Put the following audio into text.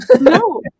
No